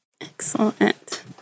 Excellent